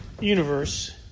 universe